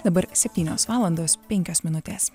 dabar septynios valandos penkios minutės